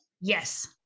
Yes